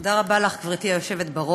תודה רבה לך, גברתי היושבת בראש.